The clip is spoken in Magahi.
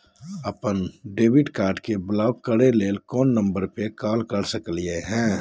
अपन डेबिट कार्ड के ब्लॉक करे ला कौन नंबर पे कॉल कर सकली हई?